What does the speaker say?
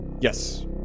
yes